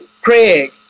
Craig